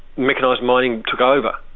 mechanised mining took over.